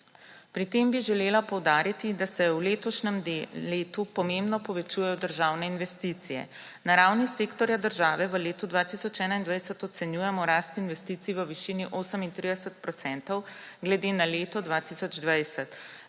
Pri tem bi želela poudariti, da se v letošnjem letu pomembno povečujejo državne investicije. Na ravni sektorja države v letu 2021 ocenjujemo rast investicij v višini 38 % glede na leto 2020.